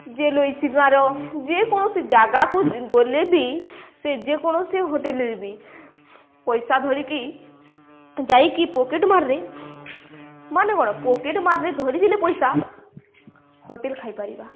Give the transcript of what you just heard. ଯେ ଲୋଇସି ଦ୍ୱାର ଯେକୌଣସି ଜାଗାକୁ ଗଲେ ବି ସେ ଯେକୌଣସି ହୋଟେଲ୍ରେ ବି ପଇସା ଧରିକି ଯାଇକି ପକେଟ୍ ମାର୍ରେ ମାନେ କ'ଣ ପକେଟ୍ ମାର୍ରେ ଧରି ଥିଲେ ପଇସା ହୋଟେଲ୍ ଖାଇପାରିବା